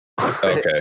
okay